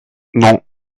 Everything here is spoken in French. non